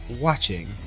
watching